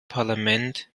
parlament